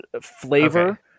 flavor